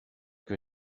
que